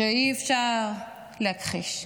שאי-אפשר להכחיש.